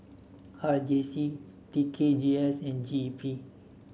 R J C T K G S and G E P